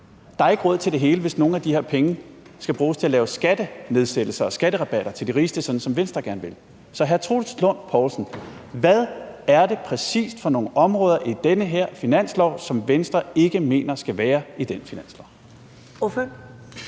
Der er ikke råd til det hele, hvis nogle af de her penge skal bruges til at lave skattenedsættelser og skatterabatter til de rigeste for, sådan som Venstre gerne vil det. Så hr. Troels Lund Poulsen, hvad er det præcis for nogle områder i den her finanslov, som Venstre ikke mener skal være i den finanslov?